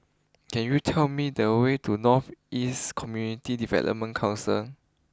can you tell me the way to North East Community Development Council